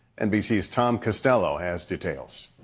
nbc's tom costello has details.